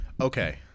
Okay